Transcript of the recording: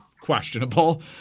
questionable